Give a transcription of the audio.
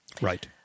Right